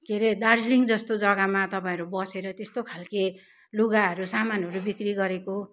के अरे दार्जिलिङ जस्तो जगामा तपाईँहरू बसेर त्यस्तो खालके लुगाहरू सामानहरू बिक्री गरेको